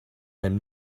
and